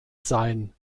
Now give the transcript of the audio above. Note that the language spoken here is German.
sein